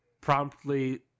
promptly